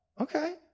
Okay